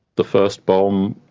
the first bombe,